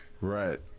right